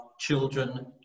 children